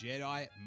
Jedi